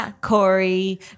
Corey